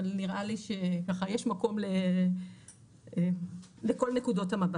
אבל נראה לי שיש מקום לכל נקודות המבט.